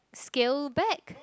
scale back